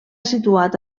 situat